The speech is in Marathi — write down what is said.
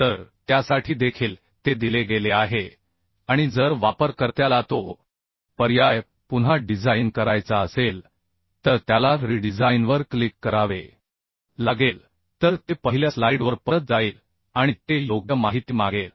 तर त्यासाठी देखील ते दिले गेले आहे आणि जर वापरकर्त्याला तो पर्याय पुन्हा डिझाइन करायचा असेल तर त्याला रीडिझाइनवर क्लिक करावे लागेल तर ते पहिल्या स्लाइडवर परत जाईल आणि ते योग्य माहिती मागेल